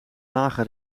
lage